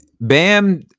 Bam